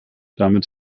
damit